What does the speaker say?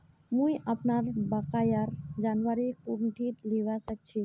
मुई अपनार बकायार जानकारी कुंठित लिबा सखछी